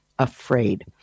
Afraid